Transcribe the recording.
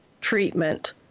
treatment